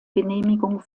genehmigung